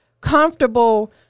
comfortable